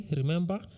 remember